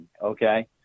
okay